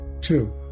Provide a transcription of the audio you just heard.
Two